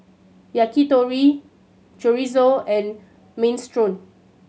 Yakitori Chorizo and Minestrone